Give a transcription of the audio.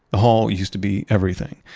the hall used to be everything.